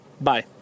Bye